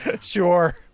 sure